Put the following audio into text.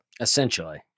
Essentially